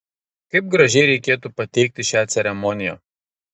kaip gražiai reikėtų pateikti šią ceremoniją